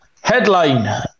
headline